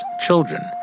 children